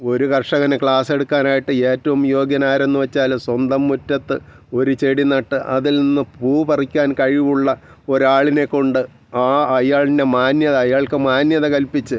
ഒരു കർഷകന് ക്ലാസ് എടുക്കാനായിട്ട് ഏറ്റവും യോഗ്യൻ ആരെന്ന് വെച്ചാൽ സ്വന്തം മുറ്റത്ത് ഒരു ചെടി നട്ട് അതിൽ നിന്ന് പൂ പറിക്കാൻ കഴിവുള്ള ഒരാളിനെ കൊണ്ട് ആ അയാളുടെ മാന്യത അയാൾക്ക് മാന്യത കൽപ്പിച്ച്